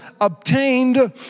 obtained